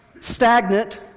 stagnant